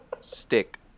stick